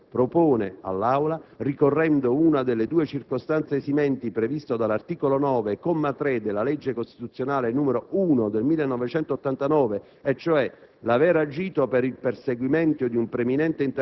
Per tutte queste ragioni, la Giunta propone all'Assemblea, ricorrendo una delle due circostanze esimenti previste dall'articolo 9, comma 3, della legge costituzionale n. 1 del 1989 (cioè